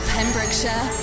Pembrokeshire